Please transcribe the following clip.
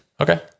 okay